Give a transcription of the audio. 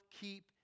keep